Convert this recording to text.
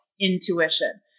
intuition